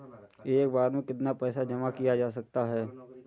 एक बार में कितना पैसा जमा किया जा सकता है?